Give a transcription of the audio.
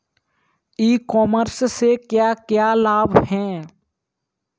ई commerce से क्या क्या लाभ हैं?